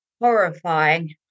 horrifying